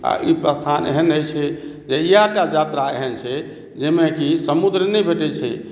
आ ई प्रस्थान एहन अछि जे इएह टा यात्रा एहन छै जाहिमे की समुद्र नहि भेटै छै लेकिन